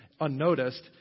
unnoticed